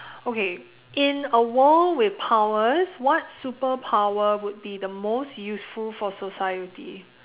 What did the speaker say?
okay in a war with powers what superpower would be the most useful for society